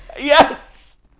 Yes